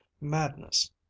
madness